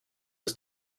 was